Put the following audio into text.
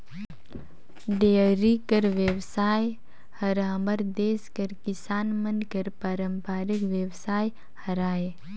dairy कर बेवसाय हर हमर देस कर किसान मन कर पारंपरिक बेवसाय हरय